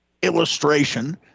illustration